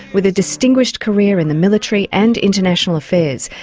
with a distinguished career in the military and international affairs.